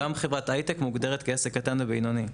גם חברת הייטק מוגדרת כעסק קטן או בינוני.